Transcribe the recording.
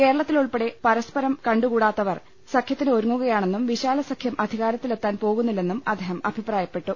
കേരളത്തിൽ ഉൾപ്പെടെ പരസ്പരം കണ്ടുകൂടാത്തവർ സഖ്യത്തിന് ഒരുങ്ങുകയാണെന്നും വിശാലസഖ്യം അധികാര ത്തിലെത്താൻ പോകുന്നില്ലെന്നും അദ്ദേഹം അഭിപ്രായപ്പെട്ടു